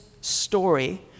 story